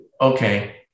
okay